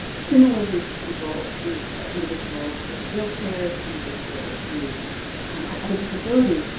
similarly, for people and individuals who are in wheelchairs or individuals who have other disabilities,